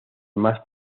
más